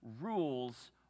rules